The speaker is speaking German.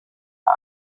der